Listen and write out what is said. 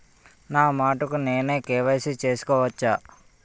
నా మటుకు నేనే కే.వై.సీ చేసుకోవచ్చా?